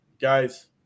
guys